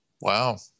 Wow